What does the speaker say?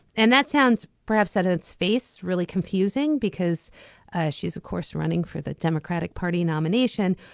and that sounds perhaps set its face really confusing because she's of course running for the democratic party nomination.